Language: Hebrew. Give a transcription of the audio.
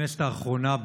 בכנסת האחרונה,